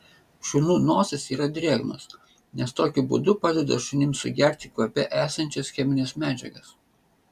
šunų nosys yra drėgnos nes tokiu būdu padeda šunims sugerti kvape esančias chemines medžiagas